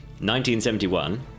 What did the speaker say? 1971